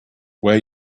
where